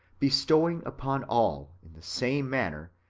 bestowing upon all, in the same manner,